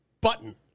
button